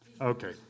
Okay